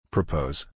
Propose